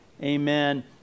amen